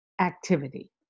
activity